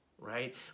right